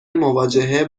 مواجهه